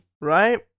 right